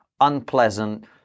unpleasant